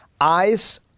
ice